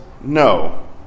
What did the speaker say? no